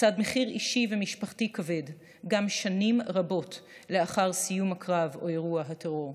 לצד מחיר אישי ומשפחתי כבד גם שנים רבות לאחר סיום הקרב או אירוע הטרור.